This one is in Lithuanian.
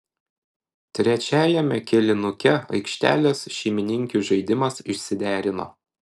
trečiajame kėlinuke aikštelės šeimininkių žaidimas išsiderino